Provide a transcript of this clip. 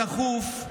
הדחוף.